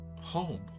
home